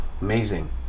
Amazing